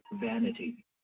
vanity